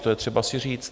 To je třeba si říct.